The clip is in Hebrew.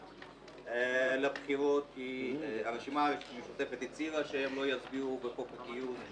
כי הרשימה המשותפת הצהירה שהם לא יצביעו בחוק הגיוס,